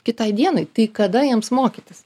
kitai dienai tai kada jiems mokytis